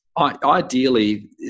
ideally